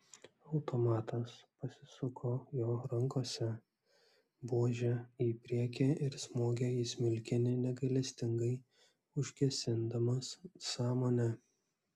automatas pasisuko jo rankose buože į priekį ir smogė į smilkinį negailestingai užgesindamas sąmonę